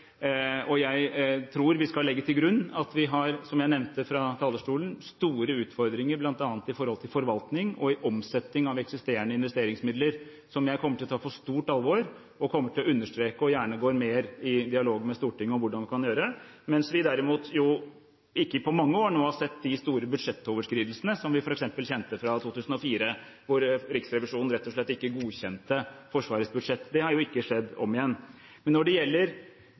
Jeg tror vi skal legge til grunn at vi, som jeg nevnte fra talerstolen, har store utfordringer bl.a. i forhold til forvaltning og omsetning av eksisterende investeringsmidler, som jeg kommer til å ta på stort alvor, og kommer til å understreke, og gjerne gå mer i dialog med Stortinget om hvordan vi kan møte, mens vi jo derimot ikke på mange år nå har sett de store budsjettoverskridelsene som vi f.eks. kjente fra 2004, hvor Riksrevisjonen rett og slett ikke godkjente Forsvarets budsjett. Det har jo ikke skjedd om igjen. Når det gjelder